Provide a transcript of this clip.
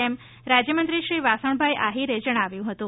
તેમ રાજ્યમંત્રી શ્રી વાસણભાઈ આહિરે જણાવ્યું હતું